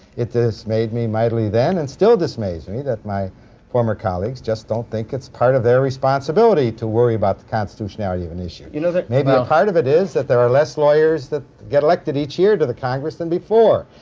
it dismayed me mildly then and still dismays me that my former colleagues just don't think it's part of their responsibility to worry about the constitutionality of an issue. you know maybe a part of it is that there are less lawyers that get elected each year to the congress than before.